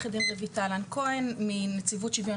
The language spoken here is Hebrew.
עורכת דין רויטל לן כהן מנציבות שוויון